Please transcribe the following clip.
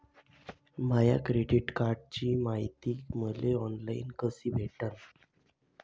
माया credit कार्डची मायती मले ऑनलाईन कसी भेटन?